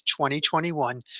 2021